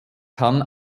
kann